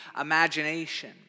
imagination